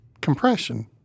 compression